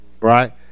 right